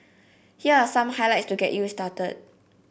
here are some highlights to get you started